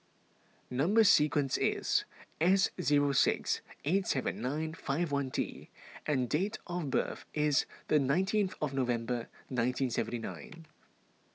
Number Sequence is S zero six eight seven nine five one T and date of birth is the nineteenth of November nineteen seventy nine